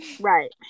right